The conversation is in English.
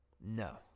No